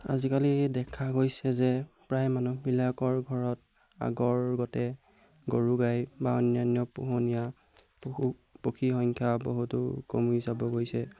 আজিকালি দেখা গৈছে যে প্ৰায় মানুহবিলাকৰ ঘৰত আগৰ গতে গৰু গাই বা অন্যান্য পোহনীয়া পশু পক্ষী সংখ্যা বহুতো কমি যাব গৈছে